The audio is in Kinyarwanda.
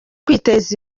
kwiteza